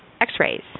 X-rays